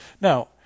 Now